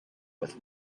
with